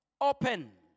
open